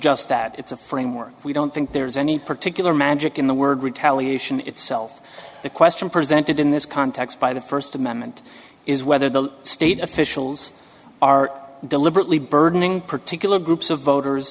just that it's a framework we don't think there's any particular magic in the word retaliation itself the question presented in this context by the first amendment is whether the state officials are deliberately burdening particular groups of voters